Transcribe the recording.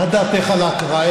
מה דעתך על ההקראה?